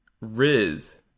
Riz